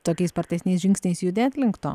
tokiais spartesniais žingsniais judėt link to